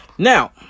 Now